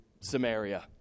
Samaria